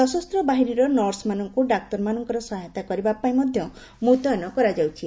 ସଶସ୍ତ ବାହିନୀର ନର୍ସ ମାନଙ୍କୁ ଡାକ୍ତରମାନଙ୍କୁ ସହାୟତା କରିବା ପାଇଁ ମଧ୍ୟ ମୁତ୍ୟନ କରାଯାଉଛି